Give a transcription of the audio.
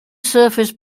surface